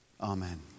Amen